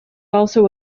also